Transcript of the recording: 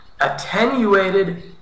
attenuated